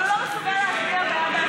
אבל הוא לא מסוגל להצביע בעד ההצעה הזאת.